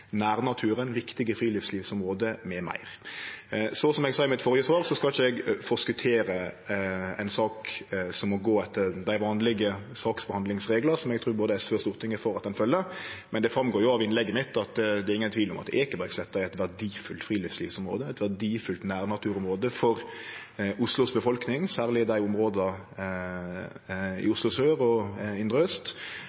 nærnaturen, viktige friluftslivsområde m.m. Som eg sa i mitt førre svar, skal ikkje eg forskottere ei sak som må gå etter dei vanlege saksbehandlingsreglane, som eg trur både SV og Stortinget er for at ein følgjer. Men det går jo fram av innlegget mitt at det ikkje er nokon tvil om at Ekebergsletta er eit verdifullt friluftslivsområde og eit verdifullt nærnaturområde for Oslos befolkning, særleg områda i